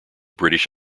british